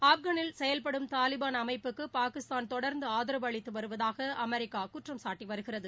ஆப்கானில் செயல்படும் தாலிபான் அமைப்புக்கு பாகிஸ்தான் தொடர்ந்து ஆதரவு அளித்து வருவதாக அமெரிக்கா குற்றம்சாட்டி வருகிறது